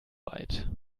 weit